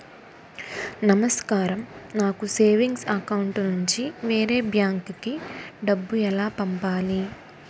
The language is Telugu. నమస్కారం నాకు సేవింగ్స్ అకౌంట్ నుంచి వేరే బ్యాంక్ కి డబ్బు ఎలా పంపాలి?